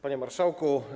Panie Marszałku!